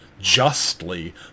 justly